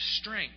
strength